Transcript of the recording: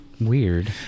Weird